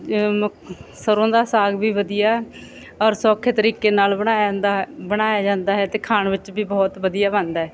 ਮੱਖ ਸਰੋਂ ਦਾ ਸਾਗ ਵੀ ਵਧੀਆ ਔਰ ਸੌਖੇ ਤਰੀਕੇ ਨਾਲ ਬਣਾਇਆ ਜਾਂਦਾ ਹੈ ਬਣਾਇਆ ਜਾਂਦਾ ਹੈ ਅਤੇ ਖਾਣ ਵਿੱਚ ਵੀ ਬਹੁਤ ਵਧੀਆ ਬਣਦਾ ਹੈ